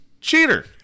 cheater